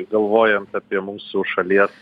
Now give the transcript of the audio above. galvojant apie mūsų šalies